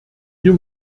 hier